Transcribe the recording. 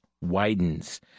widens